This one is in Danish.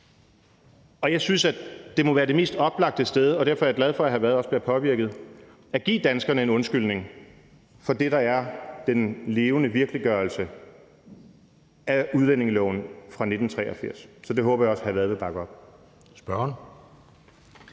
og jeg synes, det må være det mest oplagte – og derfor er jeg også glad for, at hr. Frederik Vad bliver påvirket – at give danskerne en undskyldning for det, der er den levende virkeliggørelse af udlændingeloven fra 1983. Så det håber jeg også at hr. Frederik Vad vil bakke op